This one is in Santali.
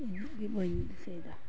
ᱵᱟᱹᱧ ᱫᱤᱥᱟᱹᱭ ᱫᱟ